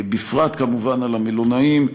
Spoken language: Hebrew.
בפרט כמובן על המלונאים,